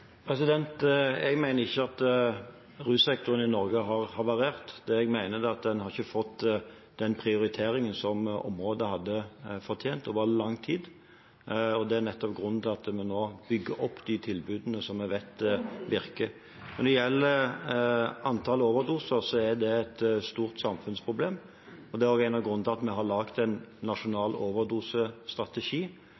Jeg mener ikke at russektoren i Norge har havarert. Det jeg mener, er at den over lang tid ikke har fått den prioriteringen som området hadde fortjent. Det er nettopp grunnen til at vi nå bygger opp de tilbudene som vi vet virker. Når det gjelder antall overdoser, er det et stort samfunnsproblem. Det er en av grunnene til at vi har laget en